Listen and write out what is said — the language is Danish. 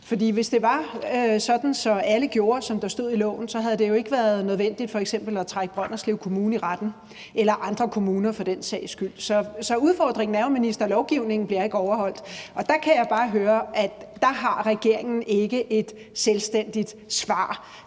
hvis det var sådan, at alle gjorde, som der stod i loven, så havde det jo f.eks. ikke været nødvendigt at trække Brønderslev Kommune i retten, eller andre kommuner for den sags skyld. Så udfordringen er jo, minister, at lovgivningen ikke bliver overholdt, og der kan jeg bare høre, at der har regeringen ikke et selvstændigt svar